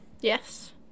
Yes